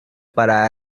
para